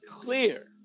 clear